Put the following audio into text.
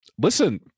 listen